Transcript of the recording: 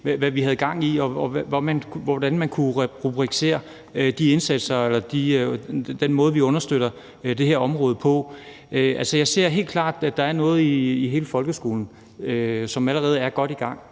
hvad vi havde gang i, og hvordan man kunne rubricere de indsatser eller den måde, vi understøtter det her område på. Altså, jeg ser helt klart, at der er noget inden for hele folkeskolen, som allerede er godt i gang.